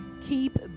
keep